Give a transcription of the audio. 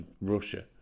Russia